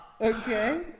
Okay